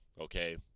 okay